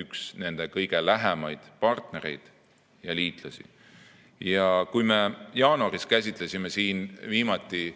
üks nende kõige lähemaid partnereid ja liitlasi. Kui me jaanuaris käsitlesime siin viimati